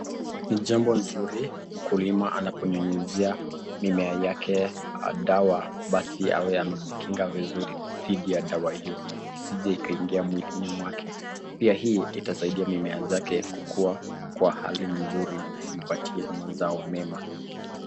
Ni jambo nzuri mkulima anaponyunyizia mimea yake dawa basi awe amejikinga vizuri dhidi ya dawa hiyo isije ikaingia mwilini mwake. Pia hii itasaidia mimea zake kukua kwa hali nzuri na impatie mazao mema.